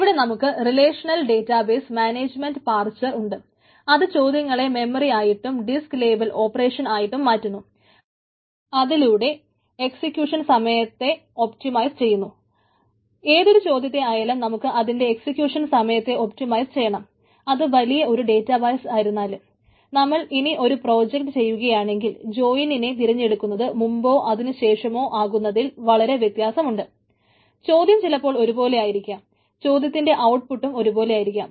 ഇവിടെ നമുക്ക് relational database management parser പത്തുലക്ഷം തൊട്ട് കുറച്ച് ആയിരങ്ങൾ വരെ പോകാം